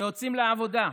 ויוצאים לעבודה,